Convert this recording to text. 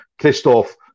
Christoph